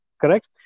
Correct